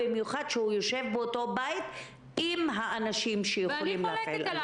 במיוחד שהוא יושב באותו בית עם האנשים שיכולים להפעיל.